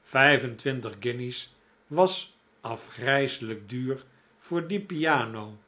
vijf-en-twintig guinjes was afgrijselijk duur voor die piano